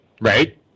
Right